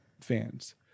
fans